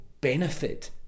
benefit